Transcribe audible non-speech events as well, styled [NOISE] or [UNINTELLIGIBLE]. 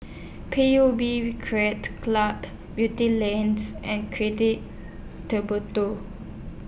P U B Recreate Club Beatty Lanes and [UNINTELLIGIBLE]